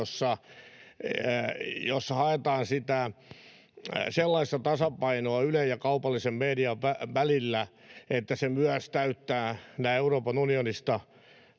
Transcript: jossa haetaan sellaista tasapainoa Ylen ja kaupallisen median välillä, että se myös täyttää nämä Euroopan unionista